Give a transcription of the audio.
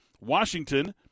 Washington